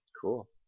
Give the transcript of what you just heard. Cool